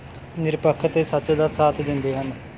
ਨਿਰਪੱਖ ਅਤੇ ਸੱਚ ਦਾ ਸਾਥ ਦਿੰਦੇ ਹਨ